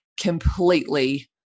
completely